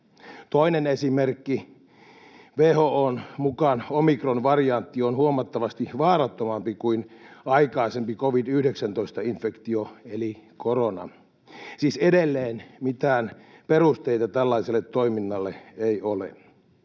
Toinen esimerkki: WHO:n mukaan omikronvariantti on huomattavasti vaarattomampi kuin aikaisempi covid-19-infektio eli korona. Siis edelleen mitään perusteita tällaiselle toiminnalle ei ole.